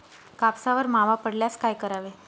कापसावर मावा पडल्यास काय करावे?